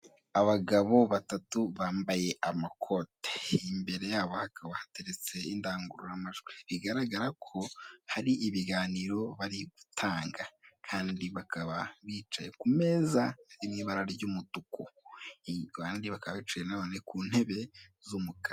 Abagabo batatu bambaye amakote, imbere yabo hakaba hateretseho indangurura majwi bigaragarako hari ibiganiro bari gatanga, kandi bakaba bicaye ku meza ariho ibara ry'umutuku kandi bakaba bicaye nanone ku ntebe z'umukara.